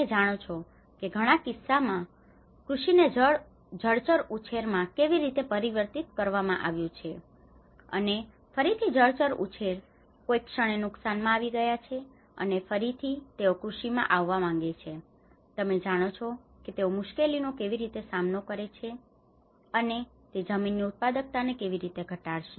તમે જાણો છો કે ઘણા કિસ્સાઓમાં કૃષિને જળચરઉછેરમાં કેવી રીતે પરિવર્તિત કરવામાં આવ્યું છે અને ફરીથી જળચરઉછેર કોઈક ક્ષણે નુકસાનમાં આવી ગયા છે અને ફરીથી તેઓ કૃષિમાં આવવા માંગે છે તમે જાણો છો કે તેઓ મુશ્કેલીઓનો કેવી રીતે સામનો કરે છે અને તે જમીનની ઉત્પાદકતાને કેવી રીતે ઘટાડશે